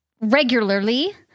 regularly